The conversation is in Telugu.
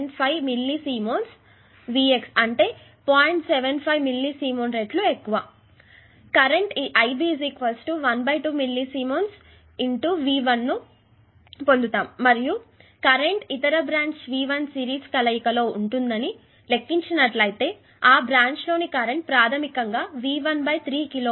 కాబట్టి ఈ కరెంట్ ib ½ మిల్లీ సిమెన్స్ ను పొందుతాము మరియు కరెంట్ మరియు ఇతర బ్రాంచ్ V1 సిరీస్ కలయిక లో ఉంటుంది అని లెక్కించి నట్లయితే ఆ బ్రాంచ్ లోని కరెంట్ ప్రాధమికంగా V13 కిలోΩ